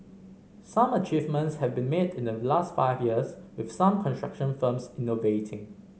some achievements have been made in the last five years with some construction firms innovating